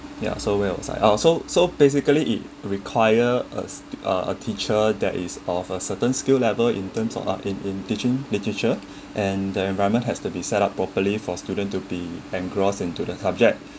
ya so where was I oh so so basically it require a a teacher that is of a certain skill level in terms of ah in in teaching literature and the environment has to be set up properly for students to be and crossed into the subject